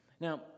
now